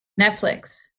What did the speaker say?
Netflix